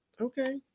Okay